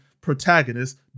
protagonist